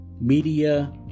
media